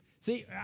See